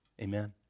amen